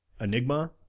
Enigma